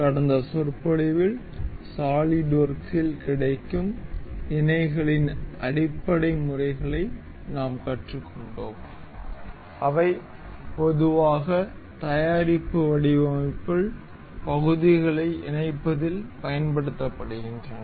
கடந்த சொற்பொழிவில் சாலிட்வொர்க்ஸில் கிடைக்கும் இணைகளின் அடிப்படை முறைகளை நாம் கற்றுக்கொண்டோம் அவை பொதுவாக தயாரிப்பு வடிவமைப்பில் பகுதிகளை இணைப்பதில் பயன்படுத்தப்படுகின்றன